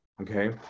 okay